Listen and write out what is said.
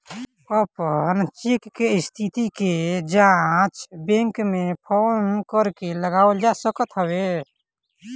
अपन चेक के स्थिति के जाँच बैंक में फोन करके लगावल जा सकत हवे